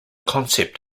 concept